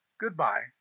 goodbye